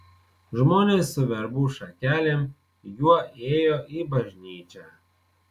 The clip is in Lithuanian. žmonės su verbų šakelėm juo ėjo į bažnyčią